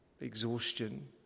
exhaustion